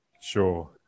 Sure